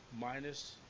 minus